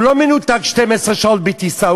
הוא לא מנותק 12 שעות בטיסה,